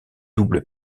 double